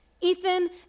Ethan